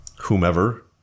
whomever